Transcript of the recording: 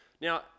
now